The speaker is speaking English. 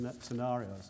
scenarios